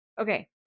Okay